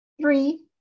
three